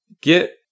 get